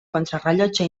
contrarellotge